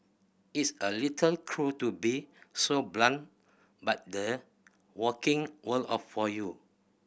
it's a little cruel to be so blunt but the working world up for you